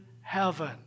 heaven